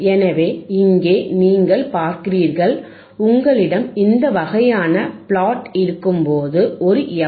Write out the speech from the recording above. எனவே இங்கே நீங்கள் பார்க்கிறீர்கள் உங்களிடம் இந்த வகையான பிளாட் இருக்கும்போது ஒரு எஃப்